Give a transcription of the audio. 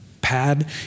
pad